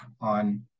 on